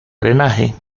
drenaje